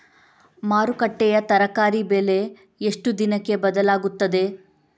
ಮಾರುಕಟ್ಟೆಯ ತರಕಾರಿ ಬೆಲೆ ಎಷ್ಟು ದಿನಕ್ಕೆ ಬದಲಾಗುತ್ತದೆ?